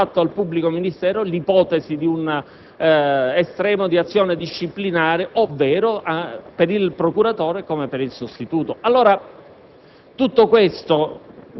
in quel fascicolo, sottratto al pubblico ministero, l'ipotesi di un estremo d'azione disciplinare, ovvero per il procuratore come per il sostituto.